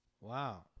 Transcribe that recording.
Wow